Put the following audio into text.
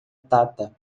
tata